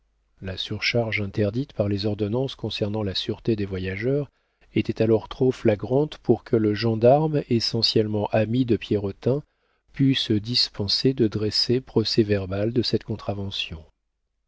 la surcharge interdite par les ordonnances concernant la sûreté des voyageurs était alors trop flagrante pour que le gendarme essentiellement ami de pierrotin pût se dispenser de dresser procès-verbal de cette contravention